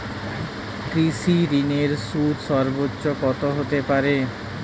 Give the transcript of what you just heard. কৃষিঋণের সুদ সর্বোচ্চ কত হতে পারে?